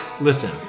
listen